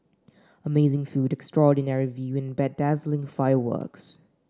amazing food extraordinary view and bedazzling fireworks